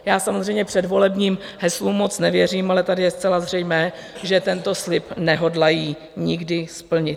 Já samozřejmě předvolebním heslům moc nevěřím, ale tady je zcela zřejmé, že tento slib nehodlají nikdy splnit.